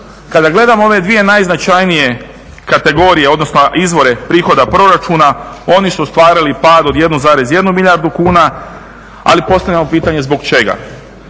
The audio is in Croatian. Kada gledam ove dvije najznačajnije kategorije odnosno izvore prihoda proračuna oni su ostvarili pad od 1,1 milijardu kuna ali postavljamo pitanje zbog čega.